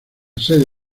sede